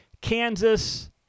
Kansas